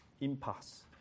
impasse